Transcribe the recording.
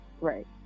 Right